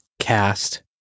cast